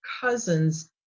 cousins